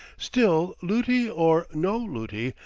still, luti or no luti,